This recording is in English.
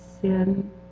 sin